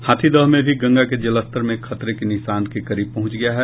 हाथीदह में भी गंगा के जलस्तर खतरे के निशान के करीब पहुंच गया है